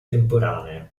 temporanee